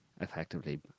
effectively